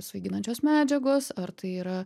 svaiginančios medžiagos ar tai yra